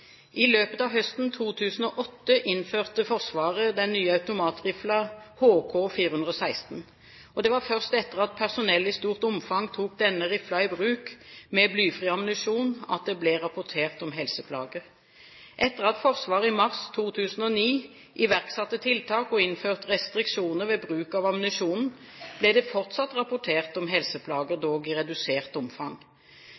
I løpet av høsten 2008 innførte Forsvaret den nye automatriflen HK416. Det var først etter at personell i stort omfang tok denne riflen i bruk med blyfri ammunisjon, at det ble rapportert om helseplager. Etter at Forsvaret i mars 2009 iverksatte tiltak og innførte restriksjoner ved bruk av ammunisjonen, ble det fortsatt rapportert om helseplager,